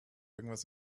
irgendwas